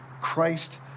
Christ